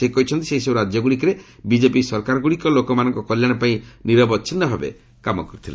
ସେ କହିଛନ୍ତି ସେହିସବୁ ରାଜ୍ୟଗୁଡ଼ିକରେ ବିଜେପି ସରକାର ଲୋକମାନଙ୍କ କଲ୍ୟାଣ ପାଇଁ ନିରବଚ୍ଛିନ୍ନ ଭାବେ କାମ କରିଥିଲେ